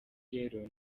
rero